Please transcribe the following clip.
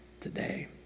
today